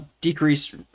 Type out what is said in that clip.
decrease